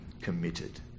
committed